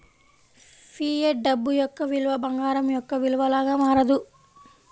fiat డబ్బు యొక్క విలువ బంగారం యొక్క విలువ లాగా మారదు